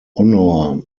honor